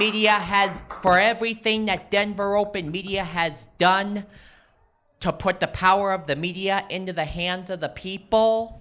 media has for everything that denver open media has done to put the power of the media into the hands of the people